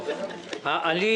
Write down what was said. לזה